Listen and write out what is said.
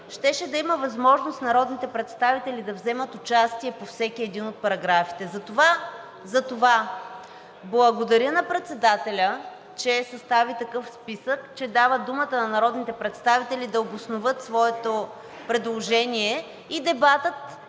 щеше да има възможност народните представители да вземат участие по всеки един от параграфите. Затова благодаря на председателя, че състави такъв списък, че дава думата на народните представители да обосноват своето предложение и дебатът